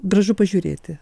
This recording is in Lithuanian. gražu pažiūrėti